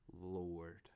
Lord